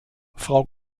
frau